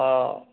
অঁ